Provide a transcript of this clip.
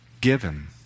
given